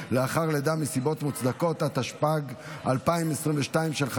להלנה ולהעסקה של תושב זר השוהה בישראל שלא